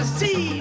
see